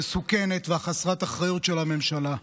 המסוכנת וחסרת האחריות של הממשלה.